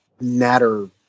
matter